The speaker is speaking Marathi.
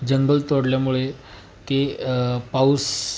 जंगल तोडल्यामुळे ते पाऊस